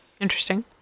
Interesting